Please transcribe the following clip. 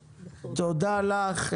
תודה רבה לך,